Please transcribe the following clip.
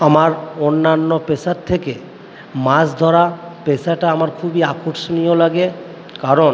আমার অন্যান্য পেশার থেকে মাছ ধরা পেশাটা আমার খুবই আকর্ষণীয় লাগে কারণ